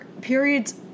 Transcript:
periods